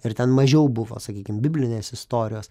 ir ten mažiau buvo sakykim biblinės istorijos